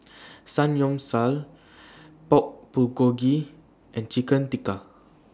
Samgyeopsal Pork Bulgogi and Chicken Tikka